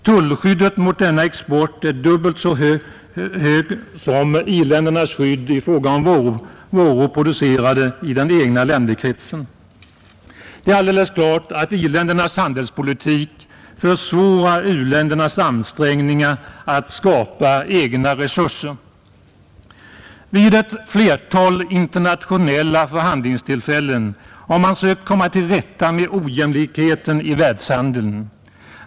Tullskyddet mot denna export är dubbelt så högt som i-ländernas skydd i fråga om varor producerade i den egna länderkretsen. Det är alldeles klart att i-ländernas handelspolitik försvårar u-ländernas ansträngningar att skapa egna resurser. Vid ett flertal internationella förhandlingstillfällen har man försökt komma till rätta med ojämlikheten i världshandeln.